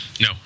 no